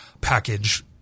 package